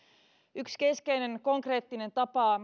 yksi keskeinen konkreettinen tapa